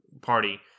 party